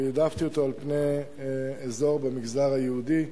והעדפתי אותו על פני אזור במגזר היהודי.